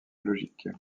logique